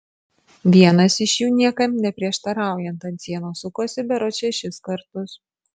vienas iš jų niekam neprieštaraujant ant sienos sukosi berods šešis kartus